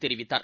தெரிவித்தார்